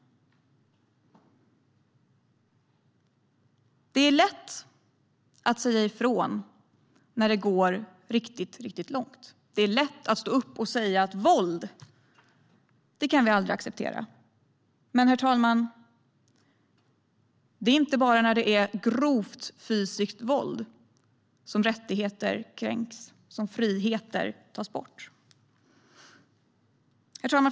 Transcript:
Det är lätt att säga ifrån när det går riktigt, riktigt långt. Det är lätt att stå upp och säga att vi aldrig kan acceptera våld. Men det är inte bara när det är grovt fysiskt våld som rättigheter kränks och friheter tas bort. Herr talman!